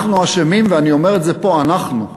אנחנו אשמים, ואני אומר את זה פה, אנחנו.